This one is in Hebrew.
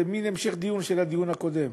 זה מין המשך דיון של הדיון הקודם,